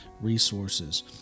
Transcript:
resources